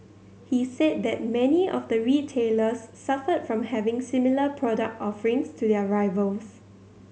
he said that many of the retailers suffered from having similar product offerings to their rivals